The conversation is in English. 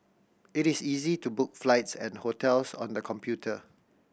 it is easy to book flights and hotels on the computer